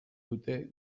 dute